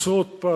עשרות פעמים ביום,